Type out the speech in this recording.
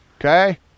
okay